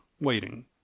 waiting